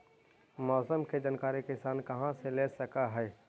मौसम के जानकारी किसान कहा से ले सकै है?